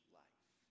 life